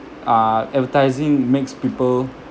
uh advertising makes people